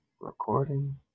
Recording